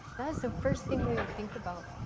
the first thing we would think about.